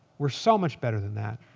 we're so much better than that.